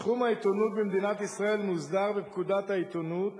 תחום העיתונות במדינת ישראל מוסדר בפקודת העיתונות